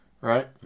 Right